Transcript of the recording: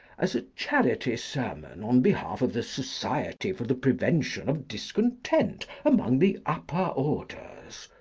as a charity sermon on behalf of the society for the prevention of discontent among the upper orders.